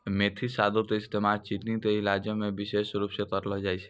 मेथी सागो के इस्तेमाल चीनी के इलाजो मे विशेष रुपो से करलो जाय छै